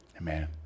Amen